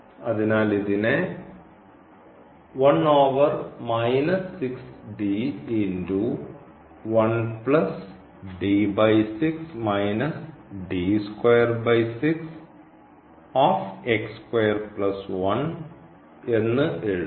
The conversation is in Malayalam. അതിനാൽ ഇതിനെ എന്ന് എഴുതാം